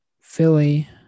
Philly